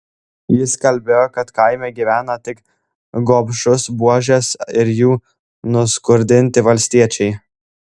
jis kalbėjo kad kaime gyvena tik gobšūs buožės ir jų nuskurdinti valstiečiai